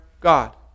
God